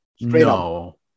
no